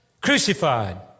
crucified